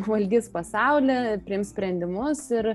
valdys pasaulį priims sprendimus ir